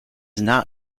not